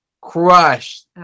crushed